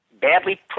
badly